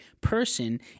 person